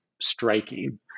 striking